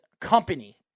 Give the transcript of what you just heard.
company